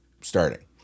starting